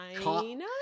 China